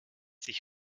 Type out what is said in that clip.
sich